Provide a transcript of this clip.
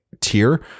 tier